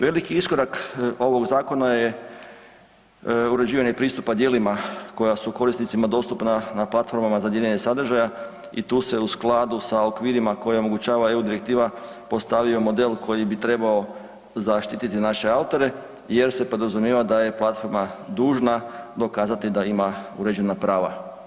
Veliki iskorak ovog zakona je uređivanje pristupa djelima koja su korisnicima dostupna na platformama za dijeljenje sadržaja i tu se u skladu sa okvirima koje omogućava EU direktiva postavio model koji bi trebao zaštititi naše autore jer se podrazumijeva da je platforma dužna dokazati da ima uređena prava.